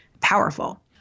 powerful